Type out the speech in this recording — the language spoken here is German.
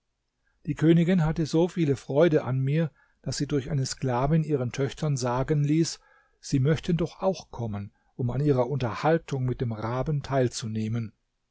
die königin hatte so viele freude an mir daß sie durch eine sklavin ihren töchtern sagen ließ sie möchten doch auch kommen um an ihrer unterhaltung mit dem raben teilzunehmen